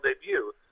debut